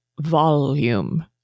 volume